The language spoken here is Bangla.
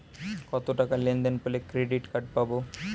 কতটাকা লেনদেন করলে ক্রেডিট কার্ড পাব?